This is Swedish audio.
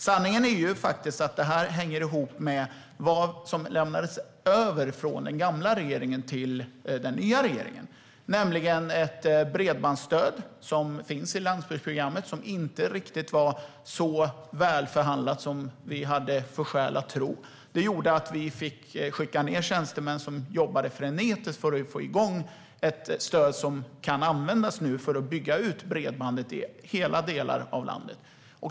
Sanningen är att detta hänger ihop med vad som lämnades över från den gamla regeringen till den nya regeringen, nämligen ett bredbandsstöd i landsbygdsprogrammet som inte var riktigt så välförhandlat som vi hade skäl att tro. Det gjorde att vi fick skicka ned tjänstemän som jobbade frenetiskt för att få igång ett stöd som nu kan användas för att bygga ut bredbandet i hela landet.